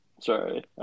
Sorry